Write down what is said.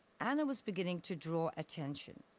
anna was beginning to draw attention.